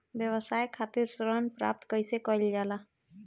व्यवसाय खातिर ऋण प्राप्त कइसे कइल जाला?